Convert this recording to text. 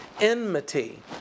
enmity